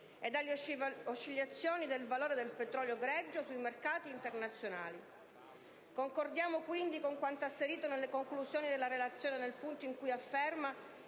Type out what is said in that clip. e dalle oscillazioni del valore del petrolio greggio sui mercati internazionali. Concordiamo quindi con quanto asserito nelle conclusioni della relazione, nel punto in cui afferma